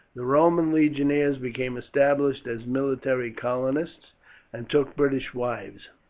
the roman legionaries became established as military colonists and took british wives.